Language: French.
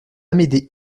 m’aider